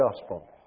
gospel